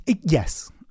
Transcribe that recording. yes